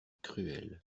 cruels